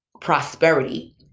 prosperity